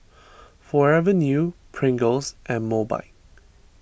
Forever New Pringles and Mobike